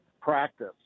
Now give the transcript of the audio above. practice